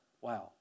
wow